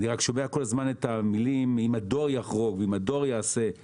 אני רק שומע כל הזמן את המילים: אם הדואר יחרוג ואם הדואר יעשה.